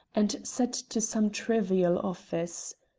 and set to some trivial office.